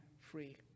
free